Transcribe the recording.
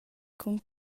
cun